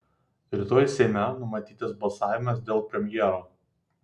rytoj seime numatytas balsavimas dėl premjero